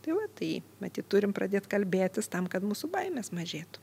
tai vat tai matyt turim pradėt kalbėtis tam kad mūsų baimės mažėtų